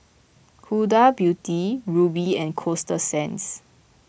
Huda Beauty Rubi and Coasta Sands